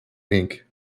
ink